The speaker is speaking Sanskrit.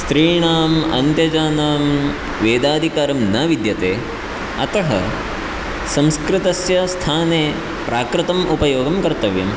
स्त्रीणाम् अन्त्यजनां वेदाधिकारं न विद्यते अतः संस्कृतस्य स्थाने प्राकृतम् उपयोगं कर्तव्यं